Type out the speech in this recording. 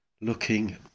looking